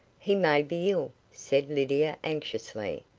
he may be ill, said lydia anxiously,